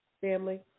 family